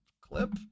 clip